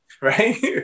right